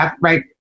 right